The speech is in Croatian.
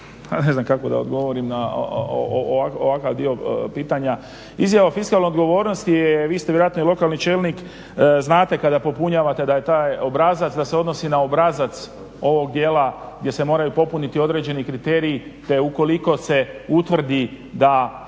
ne znam kako da odgovorim na ovakav dio pitanja. Izjava o fiskalnoj odgovornosti je, vi ste vjerojatno i lokalni čelnik, znate kada popunjavate da je taj obrazac da se odnosi na obrazac ovog dijela gdje se moraju popuniti određeni kriteriji te ukoliko se utvrdi da